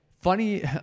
funny